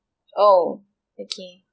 oh okay